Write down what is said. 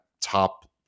top